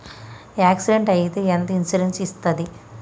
Accident అయితే ఎంత insurance వస్తది?